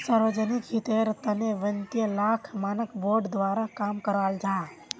सार्वजनिक हीतेर तने वित्तिय लेखा मानक बोर्ड द्वारा काम कराल जाहा